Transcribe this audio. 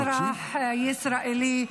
כאזרח ישראלי.